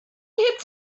gibt